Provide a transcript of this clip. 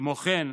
כמו כן,